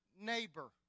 neighbor